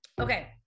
Okay